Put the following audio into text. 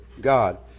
God